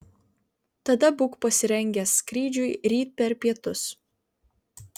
tada būk pasirengęs skrydžiui ryt per pietus